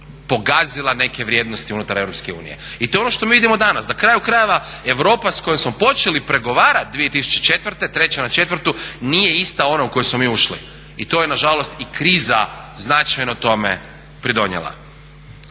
pogazila neke vrijednosti unutar EU. I to je ono što mi vidimo danas. Na kraju krajeva Europa s kojom smo počeli pregovarati 2004., treća na četvrtu nije isti ona u koju smo mi ušli i to je nažalost i kriza značajno tome pridonijela.